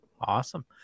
Awesome